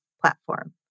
platform